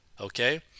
okay